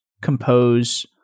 compose